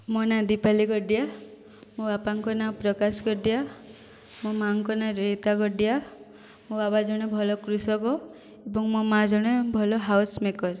ମୋ ନାଁ ଦିପାଲି ଗଡ଼ିଆ ମୋ ବାପାଙ୍କ ନାଁ ପ୍ରକାଶ ଗଡ଼ିଆ ମୋ ମାଙ୍କ ନାଁ ରେହେତା ଗଡ଼ିଆ ମୋ ବାବା ଜଣେ ଭଲ କୃଷକ ଏବଂ ମୋ ମା ଜଣେ ଭଲ ହାଉସ୍ ମେକର୍